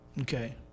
okay